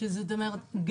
זאת אומרת,